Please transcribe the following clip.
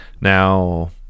Now